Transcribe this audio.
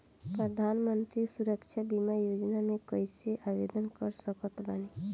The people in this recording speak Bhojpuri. प्रधानमंत्री सुरक्षा बीमा योजना मे कैसे आवेदन कर सकत बानी?